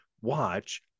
watch